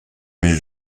mes